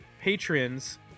patrons